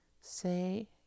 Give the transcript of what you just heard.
say